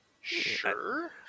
Sure